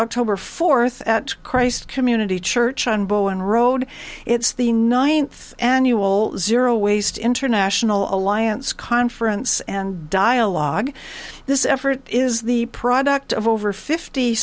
october fourth at christ community church on bowen road it's the ninth annual zero waste international alliance conference and dialogue this effort is the product of over fifty